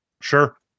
sure